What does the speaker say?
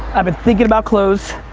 i've been thinking about clothes,